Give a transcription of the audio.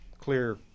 clear